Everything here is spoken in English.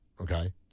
okay